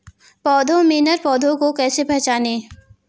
पौधों में नर पौधे को कैसे पहचानें?